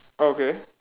okay